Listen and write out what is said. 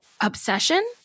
obsession